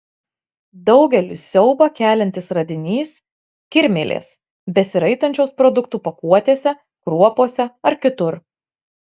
daugeliui siaubą keliantis radinys kirmėlės besiraitančios produktų pakuotėse kruopose ar kitur